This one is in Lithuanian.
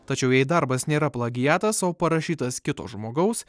tačiau jei darbas nėra plagiatas o parašytas kito žmogaus